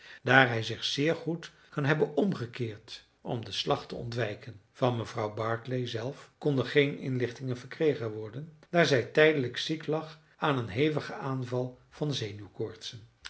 daar hij zich zeer goed kan hebben omgekeerd om den slag te ontwijken van mevrouw barclay zelf konden geen inlichtingen verkregen worden daar zij tijdelijk ziek lag aan een hevigen aanval van